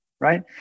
Right